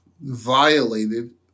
violated